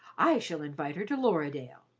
i shall invite her to lorridaile.